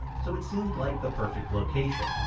so it seemed like the perfect location.